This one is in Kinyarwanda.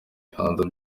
ibibanza